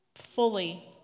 fully